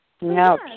No